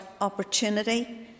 opportunity